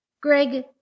Greg